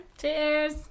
Cheers